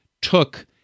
took